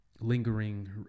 lingering